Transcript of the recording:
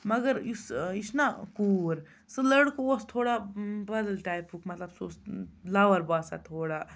مگر یُس یہِ چھِنا کوٗر سُہ لٔڑکہٕ اوس تھوڑا بدل ٹایپُک مطلب سُہ اوس لَوَر باسان تھوڑا